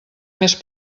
més